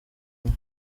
umwe